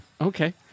Okay